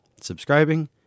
subscribing